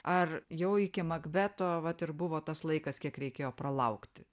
ar jau iki makbeto vat ir buvo tas laikas kiek reikėjo pralaukti